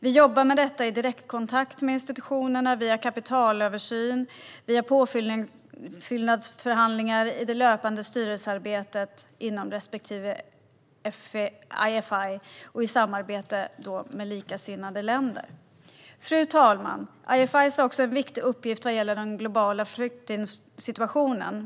Vi jobbar med det genom direktkontakt med institutionerna, via kapitalöversyn, via påfyllnadsförhandlingar i det löpande styrelsearbetet inom respektive IFI och i samarbete med likasinnade länder. Fru talman! IFI:er har också en viktig uppgift när det gäller den globala flyktingsituationen.